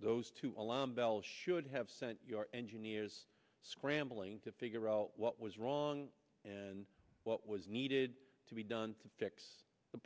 those two alarm bells should have sent your engineers scrambling to figure out what was wrong and what was needed to be done to fix the